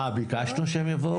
ביקשנו שהם יבואו?